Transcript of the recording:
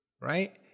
right